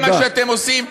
זה מה שאתם שעושים,